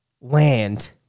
land